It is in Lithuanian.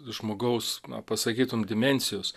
žmogaus pasakytum dimensijos